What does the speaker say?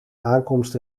aankomst